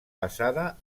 basada